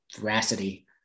veracity